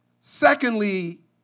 Secondly